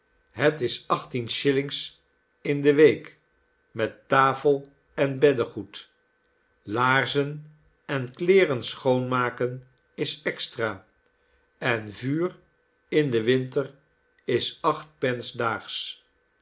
het is achttien shillings in de week met tafel en beddegoed laarzen en kleeren schoonmaken is extra en vuur in den winter is acht